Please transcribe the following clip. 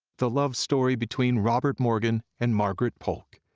the love story between robert morgan and margaret polk,